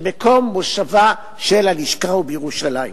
שמקום מושבה של הלשכה הוא בירושלים.